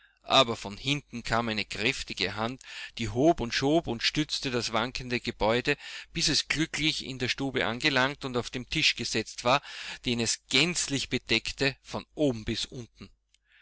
aber von hinten kam eine kräftige hand die hob und schob und stützte das wankende gebäude bis es glücklich in der stube angelangt und auf den tisch gesetzt war den es gänzlich bedeckte von oben bis unten